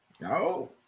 No